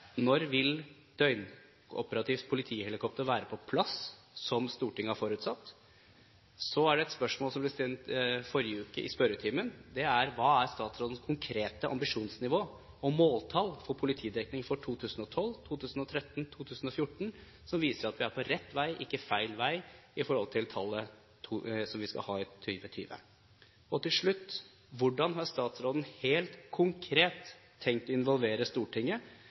Når vil døgnoperativt politihelikopter være på plass, slik Stortinget har forutsatt? Så er det et spørsmål som ble stilt forrige uke i spørretimen. Det er: Hva er statsrådens konkrete ambisjonsnivå og måltall for politidekning for 2012, 2013, 2014, som viser at vi er på rett vei og ikke på feil vei med hensyn til tallet som vi skal ha i 2020? Det siste: Hvordan har statsråden helt konkret tenkt å involvere Stortinget